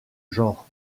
genre